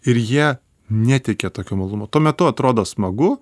ir jie neteikia tokio malonumo tuo metu atrodo smagu